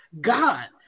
God